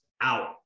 out